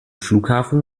flughafen